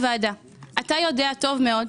אתה יודע טוב מאוד,